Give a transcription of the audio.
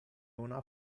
una